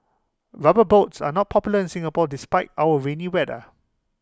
rubber boots are not popular in Singapore despite our rainy weather